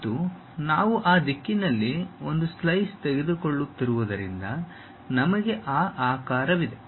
ಮತ್ತು ನಾವು ಆ ದಿಕ್ಕಿನಲ್ಲಿ ಒಂದು ಸ್ಲೈಸ್ ತೆಗೆದುಕೊಳ್ಳುತ್ತಿರುವುದರಿಂದ ನಮಗೆ ಆ ಆಕಾರವಿದೆ